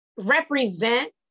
represent